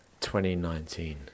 2019